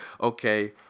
okay